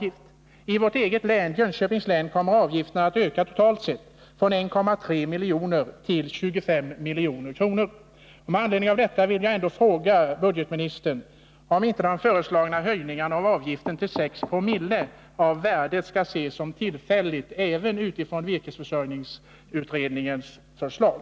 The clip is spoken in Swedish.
I vårt eget län, Jönköpings län, kommer avgiften totalt sett att öka från 1,3 milj.kr. till 25 milj.kr. Med anledning av detta vill jag fråga budgetministern om inte den föreslagna höjningen av avgiften till 6 Zoo av skogsbruksvärdet skall ses som tillfällig, även om man bortser från virkesbeskattningsutredningens förslag.